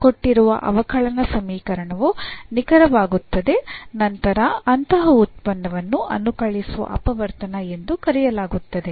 ಕೊಟ್ಟಿರುವ ಅವಕಲನ ಸಮೀಕರಣವು ನಿಖರವಾಗುತ್ತದೆ ನಂತರ ಅಂತಹ ಉತ್ಪನ್ನವನ್ನು ಅನುಕಲಿಸುವ ಅಪವರ್ತನ ಎಂದು ಕರೆಯಲಾಗುತ್ತದೆ